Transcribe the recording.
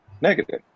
negative